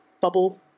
bubble